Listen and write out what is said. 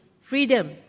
freedom